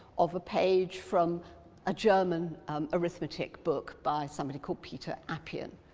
of a page from a german arithmetic book by somebody called peter apian.